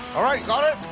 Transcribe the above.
all right. got it?